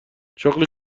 شغلی